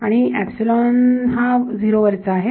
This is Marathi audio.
आणि हा 0 वरचा आहे